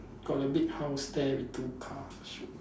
got a big house there with two car shiok